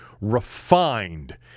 refined